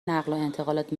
نقلوانتقالات